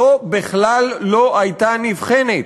זו בכלל לא הייתה נבחנת.